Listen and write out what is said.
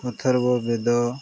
ଅଥର୍ବ ବେଦ